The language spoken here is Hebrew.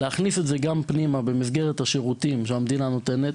להכניס את גם פנימה במסגרת השירותים שהמדינה נותנת